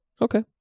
Okay